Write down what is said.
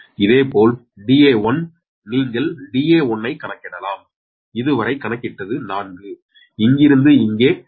இதேபோல் Da1 நீங்கள் Da1 ஐ கணக்கிடலாம் இதுவரை கணக்கிட்டது 4 இங்கிருந்து இங்கே 3